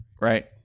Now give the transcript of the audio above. right